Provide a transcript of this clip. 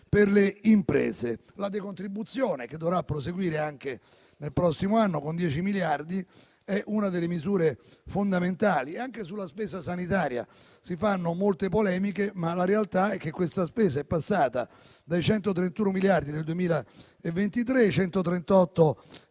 per le imprese. La decontribuzione, che dovrà proseguire anche nel prossimo anno con dieci miliardi, è una delle misure fondamentali. Anche sulla spesa sanitaria si fanno molte polemiche, ma la realtà è che questa spesa è passata, dai 131 miliardi nel 2023, ai 138,7 miliardi